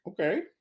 Okay